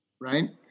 right